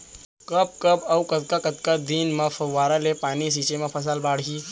कब कब अऊ कतका कतका दिन म फव्वारा ले पानी छिंचे म फसल बाड़ही?